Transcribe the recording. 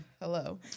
Hello